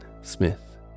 Smith